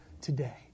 today